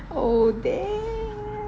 oh damn